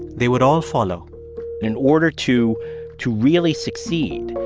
they would all follow in order to to really succeed,